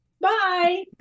Bye